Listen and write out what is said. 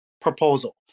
proposal